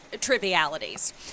trivialities